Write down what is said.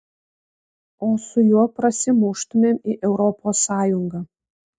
o su juo prasimuštumėm į europos sąjungą